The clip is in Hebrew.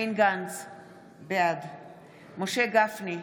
אני הייתי בבוקר בוועדה, ב-08:30,